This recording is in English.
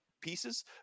pieces